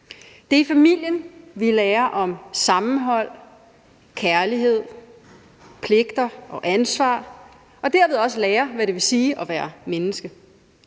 Det er i familien, vi lærer om sammenhold, kærlighed, pligter og ansvar og derved også lærer, hvad det vil sige at være menneske.